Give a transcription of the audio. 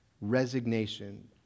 resignation